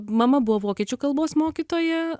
mama buvo vokiečių kalbos mokytoja